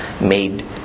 made